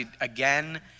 again